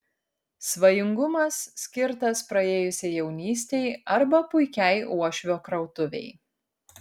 svajingumas skirtas praėjusiai jaunystei arba puikiai uošvio krautuvei